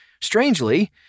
Strangely